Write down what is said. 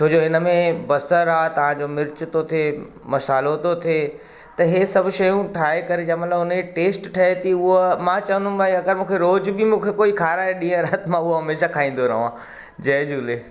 छो जो हिनमें बसर आहे तव्हांजो मिर्च थो थिए मसालो थो थिए त हीअ सभु शयूं ठाहे करे जंहिंमहिल हुनजी टेस्ट ठहे थी उहा मां चवंदुमि भाई अगरि मूंखे रोज बि मूंखे कोई खाराए ॾीहुं राति मां उहो हमेशह खाइंदो रहियां जय झूले